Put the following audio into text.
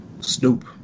Snoop